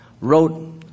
wrote